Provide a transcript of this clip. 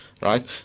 Right